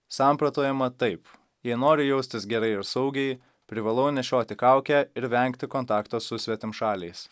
samprotaujama taip jei noriu jaustis gerai ir saugiai privalau nešioti kaukę ir vengti kontakto su svetimšaliais